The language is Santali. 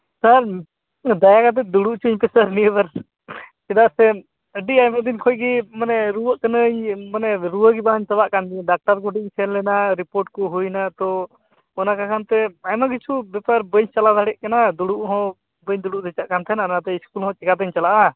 ᱥᱟᱨ ᱫᱟᱭᱟ ᱠᱟᱛᱮ ᱫᱩᱲᱩᱵ ᱦᱚᱪᱚᱣᱟᱹᱧ ᱯᱮᱥᱮ ᱱᱤᱭᱟᱹ ᱵᱟᱨ ᱪᱮᱫᱟᱜ ᱥᱮ ᱟᱹᱰᱤ ᱟᱭᱢᱟ ᱫᱤᱱ ᱠᱷᱚᱱ ᱜᱮ ᱢᱟᱱᱮ ᱨᱩᱣᱟᱹᱜ ᱠᱟᱹᱱᱟᱹᱧ ᱢᱟᱱᱮ ᱨᱩᱣᱟᱹ ᱜᱮ ᱵᱟᱝ ᱪᱟᱵᱟᱜ ᱠᱟᱱ ᱛᱤᱧᱟᱹ ᱰᱟᱠᱛᱟᱨ ᱠᱚᱴᱷᱮᱱ ᱤᱧ ᱥᱮᱱ ᱞᱮᱱᱟ ᱨᱤᱯᱳᱴ ᱠᱚ ᱦᱩᱭ ᱮᱱᱟ ᱛᱚ ᱚᱱᱟ ᱠᱚ ᱠᱚᱠᱷᱚᱱᱛᱮ ᱟᱭᱢᱟ ᱠᱤᱪᱷᱩ ᱵᱮᱯᱟᱨ ᱵᱟᱹᱧ ᱪᱟᱞᱟᱣ ᱫᱟᱲᱮᱭᱟᱜ ᱠᱟᱱᱟ ᱫᱩᱲᱩᱵ ᱦᱚᱸ ᱵᱟᱹᱧ ᱫᱩᱲᱩᱵ ᱫᱷᱟᱪᱟᱜ ᱠᱟᱱ ᱛᱟᱦᱮᱱᱟ ᱚᱱᱟᱛᱮ ᱤᱥᱠᱩᱞ ᱦᱚᱸ ᱪᱤᱠᱟᱹᱛᱤᱧ ᱪᱟᱞᱟᱜᱼᱟ